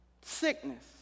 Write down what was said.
sickness